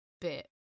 bit